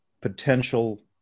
potential